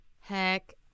Heck